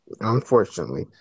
Unfortunately